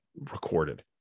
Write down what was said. recorded